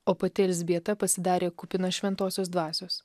o pati elzbieta pasidarė kupina šventosios dvasios